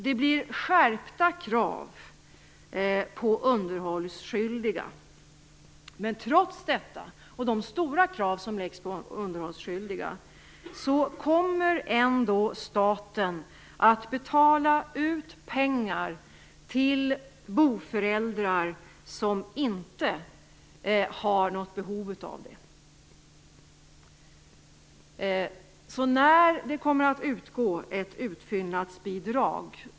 Det blir skärpta krav på underhållsskyldiga, men trots detta, trots de stora krav som läggs på underhållsskyldiga, kommer ändå staten att betala ut pengar till boföräldrar som inte har något behov av det.